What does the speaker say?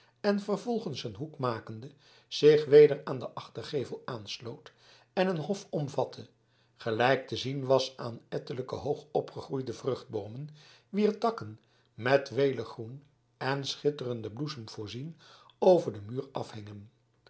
en vervolgens een hoek makende zich weder aan den achtergevel aansloot en een hof omvatte gelijk te zien was aan ettelijke hoog opgegroeide vruchtboomen wier takken met welig groen en schitterende bloesems voorzien over den muur afhingen